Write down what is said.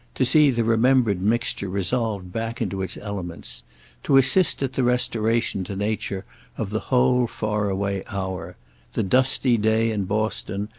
to see the remembered mixture resolved back into its elements to assist at the restoration to nature of the whole far-away hour the dusty day in boston,